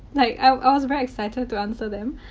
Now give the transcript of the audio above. like i was very excited to answer them.